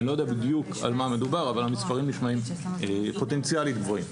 אני לא יודע בדיוק על מה מדובר אבל המספרים פוטנציאלית נשמעים גבוהים.